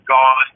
Gone